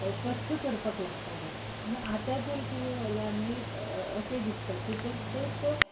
स्वच्छ करपाक लागताले म्हण आता तर कितें जालां आमी अशें दिसता कि प्रत्येक मनीस